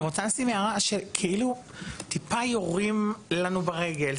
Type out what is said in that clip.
אני רוצה להעיר הערה, שכאילו טיפה יורים לנו ברגל.